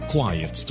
Quiet